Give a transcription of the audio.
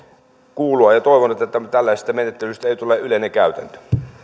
kuulua toivon että tällaisesta menettelystä ei tule yleinen käytäntö